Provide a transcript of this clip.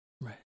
right